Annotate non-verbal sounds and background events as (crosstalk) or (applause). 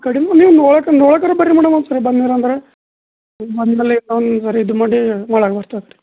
ಕಡಿಮೆ ನೀವು ನೋಡ್ಕೊ ನೋಡ್ಕರೆ ಬರ್ರಿ ಮೇಡಮ್ ಒಂದ್ಸರಿ ಬನ್ನಿರಂದರೆ (unintelligible) ಇದು ಮಾಡಿ ಒಳಗೆ ಬರ್ತದೆ ರೀ